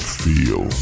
feel